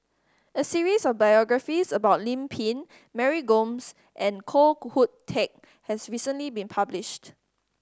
a series of biographies about Lim Pin Mary Gomes and Koh Hoon Teck has recently been published